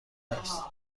است